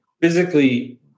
physically